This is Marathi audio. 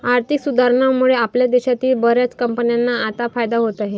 आर्थिक सुधारणांमुळे आपल्या देशातील बर्याच कंपन्यांना आता फायदा होत आहे